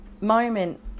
Moment